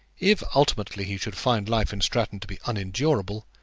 if ultimately he should find life in stratton to be unendurable,